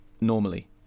normally